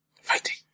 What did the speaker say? Fighting